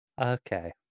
Okay